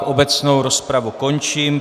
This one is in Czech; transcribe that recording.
Obecnou rozpravu končím.